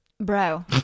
Bro